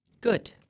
Good